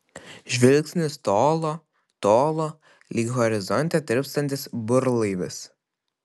žvilgsnis tolo tolo lyg horizonte tirpstantis burlaivis